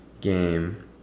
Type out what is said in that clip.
game